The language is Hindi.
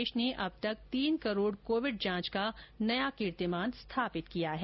देश ने अब तक तीन करोड कोविड जांच का नया कीर्तिमान स्थापित किया है